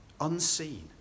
unseen